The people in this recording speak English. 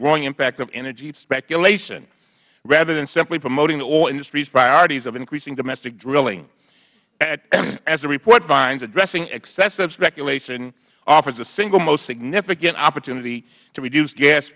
growing impact of energy speculation rather than simply promoting the oil industry's priorities of increasing domestic drilling as the report finds addressing excessive speculation offers the single most significant opportunity to reduce gas